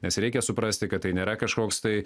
nes reikia suprasti kad tai nėra kažkoks tai